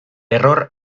error